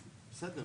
בסדר,